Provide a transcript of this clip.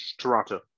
Toronto